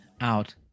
out